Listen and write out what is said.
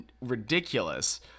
ridiculous